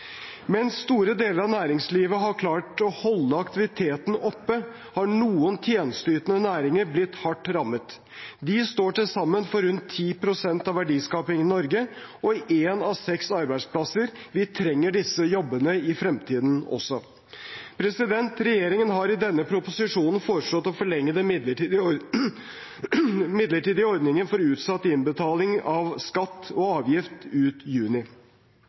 Mens store deler av næringslivet har klart å holde aktiviteten oppe, har noen tjenesteytende næringer blitt hardt rammet. De står til sammen for rundt 10 pst. av verdiskapingen i Norge og én av seks arbeidsplasser. Vi trenger disse jobbene i fremtiden også. Regjeringen har i denne proposisjonen foreslått å forlenge den midlertidige ordningen for utsatt innbetaling av skatt og avgift ut juni.